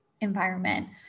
environment